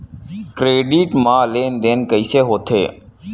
Credit मा लेन देन कइसे होथे?